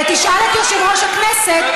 ותשאל את יושב-ראש הכנסת,